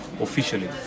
officially